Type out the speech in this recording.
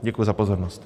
Děkuji za pozornost.